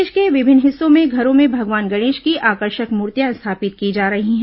प्रदेश के विभिन्न हिस्सों में घरों में भगवान गणेश की आकर्षक मूर्तियां स्थापित की जा रही हैं